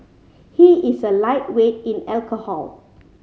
he is a lightweight in alcohol